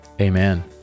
Amen